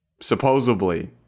supposedly